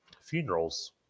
funerals